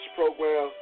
program